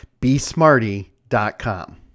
besmarty.com